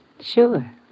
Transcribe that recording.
Sure